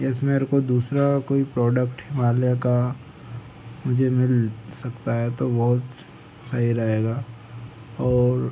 yes मेरे को दूसरा कोई प्रोडक्ट हिमालय का मुझे मिल सकता है तो बहुत सही रहेगा और